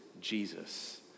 Jesus